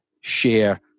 share